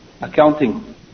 accounting